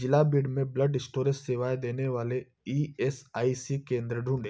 ज़िला बीड में blood storage सेवाएँ देने वाले ई एस आई सी केंद्र ढूँढ़ें